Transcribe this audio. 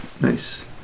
Nice